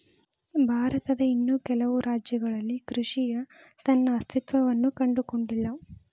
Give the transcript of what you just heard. ಭಾರತದ ಇನ್ನೂ ಕೆಲವು ರಾಜ್ಯಗಳಲ್ಲಿ ಕೃಷಿಯ ತನ್ನ ಅಸ್ತಿತ್ವವನ್ನು ಕಂಡುಕೊಂಡಿಲ್ಲ